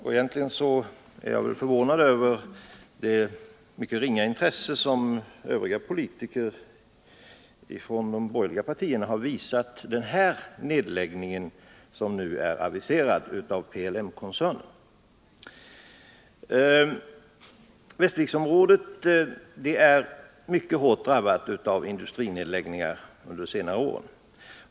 Egentligen är jag väl förvånad över det mycket ringa intresse som övriga politiker från de borgerliga partierna har visat denna nedläggning, som nu är aviserad av PLM-koncernen. Västerviksområdet är mycket hårt drabbat av industrinedläggningar under senare år.